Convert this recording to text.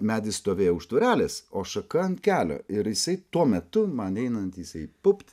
medis stovėjo už tvorelės o šaka ant kelio ir jisai tuo metu man einant jisai pupt